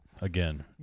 Again